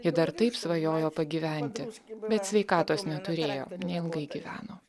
ji dar taip svajojo pagyventi bet sveikatos neturėjo neilgai gyveno